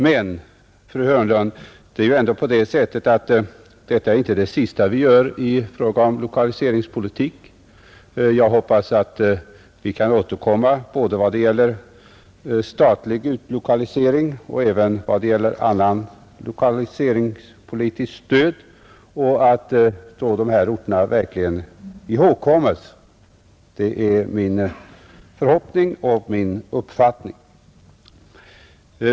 Men, fru Hörnlund, detta är ju inte det sista vi gör i fråga om lokaliseringspolitik. Jag hoppas att vi kan återkomma både vad det gäller statlig utlokalisering och vad det gäller annat lokaliseringspolitiskt stöd och att dessa orter då verkligen ihågkoms. Det är min förhoppning.